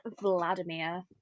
Vladimir